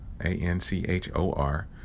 A-N-C-H-O-R